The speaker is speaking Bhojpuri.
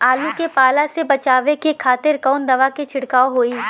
आलू के पाला से बचावे के खातिर कवन दवा के छिड़काव होई?